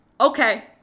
Okay